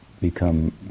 become